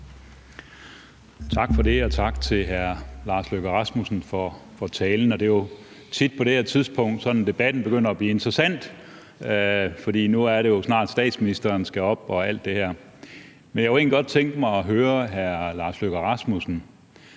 Tak for det, og tak til hr. Lars Løkke Rasmussen for talen. Det er jo tit på det her tidspunkt, at debatten begynder at blive interessant, for så skal statsministeren jo snart op og alt det her. Men jeg kunne godt tænke mig at høre hr. Lars Løkke Rasmussen: